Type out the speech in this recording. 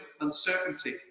uncertainty